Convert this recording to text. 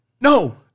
No